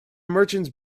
merchants